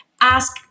Ask